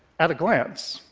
at a glance,